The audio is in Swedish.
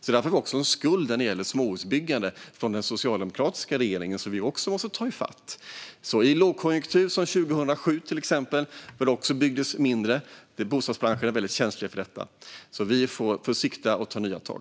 Därför har vi också en skuld från den socialdemokratiska regeringens tid när det gäller småhusbyggande, som vi också måste jobba i fatt. Under lågkonjunkturen 2007, till exempel, byggdes det också mindre - bostadsbranschen är väldigt känslig för detta. Vi får alltså sikta på att ta nya tag.